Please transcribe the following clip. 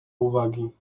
uwagi